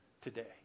today